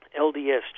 LDS